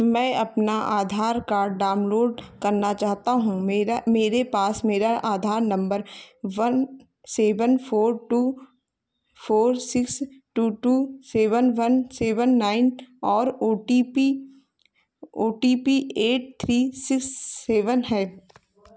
मैं अपना Aadhaar card download करना चाहता हूँ मेरा मेरे पास मेरा Aadhaar number one seven four two four six two two seven one seven nine और O T P O T P eight three six seven है